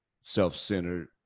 self-centered